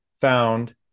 found